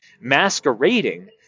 masquerading